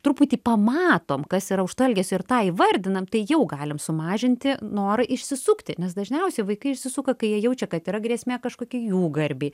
truputį pamatom kas yra už to elgesio ir tą įvardinam tai jau galim sumažinti norą išsisukti nes dažniausiai vaikai išsisuka kai jie jaučia kad yra grėsmė kažkokia jų garbei